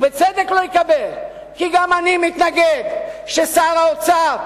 ובצדק לא יקבל כי גם אני מתנגד ששר האוצר,